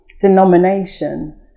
denomination